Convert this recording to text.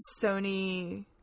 Sony